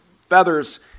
feathers